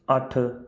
ਅੱਠ